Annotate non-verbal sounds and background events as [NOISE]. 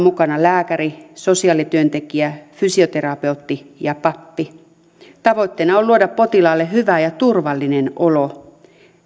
[UNINTELLIGIBLE] mukana lääkäri sosiaalityöntekijä fysioterapeutti ja pappi tavoitteena on luoda potilaalle hyvä ja turvallinen olo